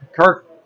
Kirk